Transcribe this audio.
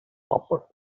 purple